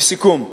לסיכום,